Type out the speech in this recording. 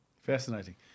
Fascinating